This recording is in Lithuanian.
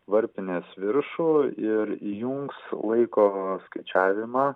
varpinės viršų ir įjungs laiko skaičiavimą